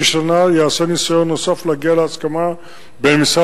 שנה וייעשה ניסיון נוסף להגיע להסכמה בין משרד